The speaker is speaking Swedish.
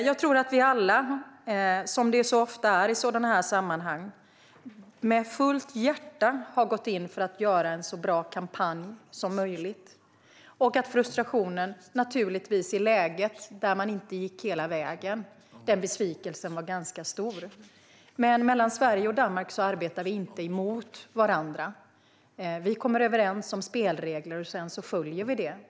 Jag tror att vi alla, som det ofta är i sådana sammanhang, har gått in med fullt hjärta för att göra en så bra kampanj som möjligt. Och när man inte gick hela vägen blev frustrationen och besvikelsen ganska stor. Men Sverige och Danmark arbetar inte emot varandra. Vi kommer överens om spelregler, och sedan följer vi dem.